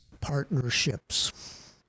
Partnerships